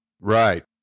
Right